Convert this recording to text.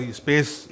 space